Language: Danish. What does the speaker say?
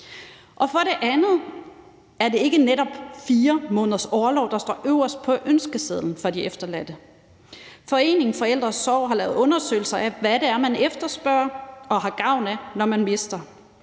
For det andet er det ikke netop 4 måneders orlov, der står øverst på ønskesedlen for de efterladte. Foreningen Forældre & Sorg har lavet undersøgelser af, hvad det er, man efterspørger og har gavn af, når man mister.